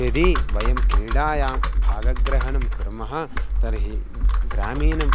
यदि वयं क्रीडायां भागग्रहणं कुर्मः तर्हि ग्रामीणम्